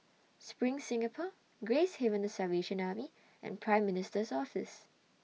SPRING Singapore Gracehaven The Salvation Army and Prime Minister's Office